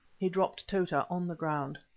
he dropped tota on the ground.